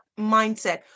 mindset